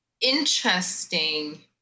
interesting